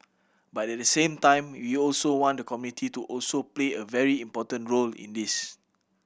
but at the same time we also want the community to also play a very important role in this